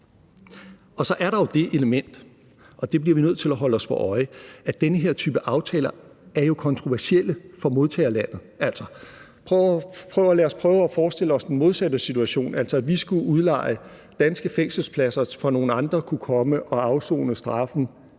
Så er der det element, og det bliver vi nødt til at holde os for øje, at den her type aftaler er kontroversielle for modtagerlandet. Lad os prøve at forestille os den modsatte situation, altså at vi skulle udleje danske fængselspladser, for at nogle andre kunne komme og afsone deres